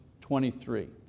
23